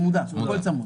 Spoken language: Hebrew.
צמודה, הכול צמוד.